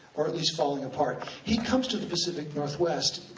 or at least falling apart. he comes to the pacific northwest,